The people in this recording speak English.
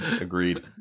Agreed